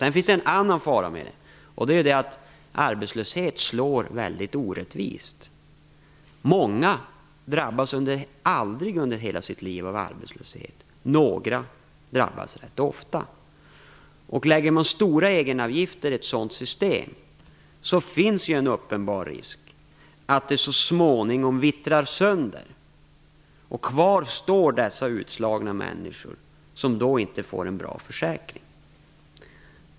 Det finns också en annan fara med detta. Arbetslöshet slår väldigt orättvist. Många drabbas aldrig under hela sitt liv av arbetslöshet, några drabbas rätt ofta. Om man lägger stora egenavgifter i ett sådant system finns risken att systemet så småningom vittrar sönder. Då står många utslagna människor utan en bra försäkring.